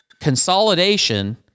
consolidation